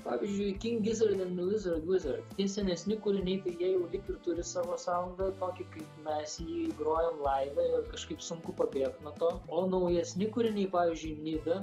pavyzdžiui king gizzard and the lizard wizard tie senesni kūriniai tai jie jau ir turi savo saundą tokį kaip mes jį grojam laive ir kažkaip sunku pabėgt nuo to o naujesni kūriniai pavyzdžiui nida